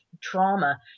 trauma